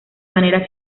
manera